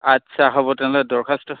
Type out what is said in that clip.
আচ্ছা হ'ব তেনেহ'লে দৰখাস্ত